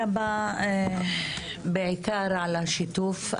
תודה רבה, בעיקר על השיתוף.